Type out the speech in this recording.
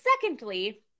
secondly